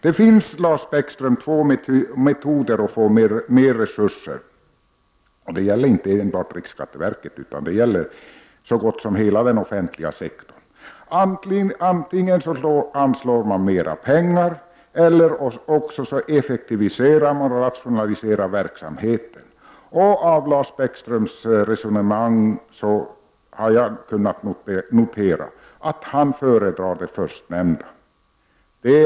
Det finns, Lars Bäckström, två metoder att få mer resurser, och det gäller inte enbart riksskatteverket utan så gott som hela den offentliga sektorn: antingen anslår man mera pengar eller också effektiviserar och rationaliserar man verksamheten. Av Lars Bäckströms resonemang har jag kunnat notera att han föredrar den förstnämnda metoden.